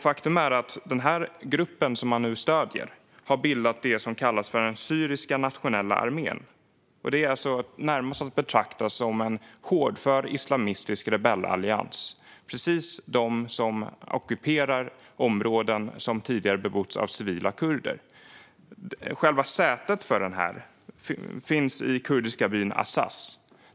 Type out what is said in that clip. Faktum är att den grupp som man nu stöder har bildat det som kallas för den syriska nationella armén. Det är närmast att betrakta som en hårdför islamistisk rebellallians. Det är precis de som ockuperar områden som tidigare bebotts av civila kurder. Själva sätet för den finns i den kurdiska byn Azaz.